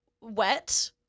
wet